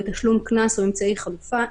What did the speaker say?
בתשלום קנס או אמצעי חלופי,